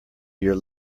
your